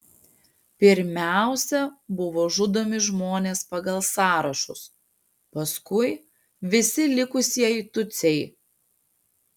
pirmiausia buvo žudomi žmonės pagal sąrašus paskui visi likusieji tutsiai